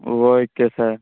okay sir